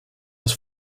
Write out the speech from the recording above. his